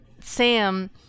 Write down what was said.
Sam